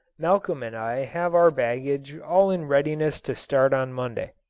malcolm and i have our baggage all in readiness to start on monday.